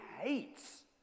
hates